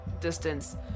distance